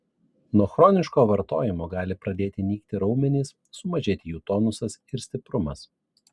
nuo chroniško vartojimo gali pradėti nykti raumenys sumažėti jų tonusas ir stiprumas